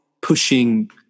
pushing